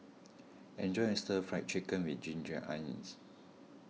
enjoy your Stir Fried Chicken with Ginger Onions